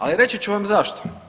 Ali reći ću vam zašto?